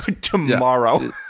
tomorrow